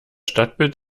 stadtbild